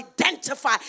identify